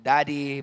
Daddy